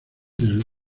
del